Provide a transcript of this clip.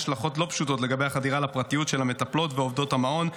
יש השלכות לא פשוטות לגבי החדירה לפרטיות של המטפלות ועוברות המעון.